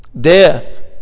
death